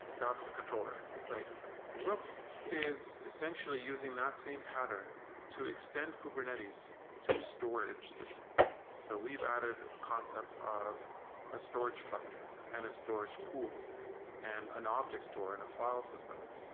that's the controller. rook is essentially using that same pattern to extend kubernetes to storage systems. so we've added a concept of a storage cluster and a storage pool and an object store and a file system.